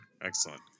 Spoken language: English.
Excellent